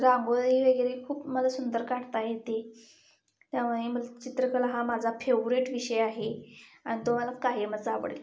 रांगोळी वगैरे खूप मला सुंदर काढता येते त्यामुळे मला चित्रकला हा माझा फेवरेट विषय आहे आणि तो मला कायमच आवडेल